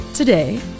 Today